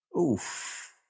Oof